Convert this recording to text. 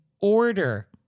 order